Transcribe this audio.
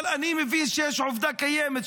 אבל אני מבין שיש עובדה קיימת,